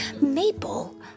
Maple